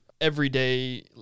everyday